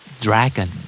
Dragon